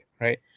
right